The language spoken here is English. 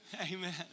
Amen